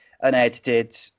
unedited